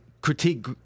critique